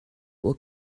will